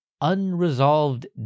unresolved